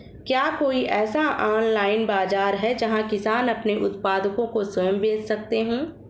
क्या कोई ऐसा ऑनलाइन बाज़ार है जहाँ किसान अपने उत्पादकों को स्वयं बेच सकते हों?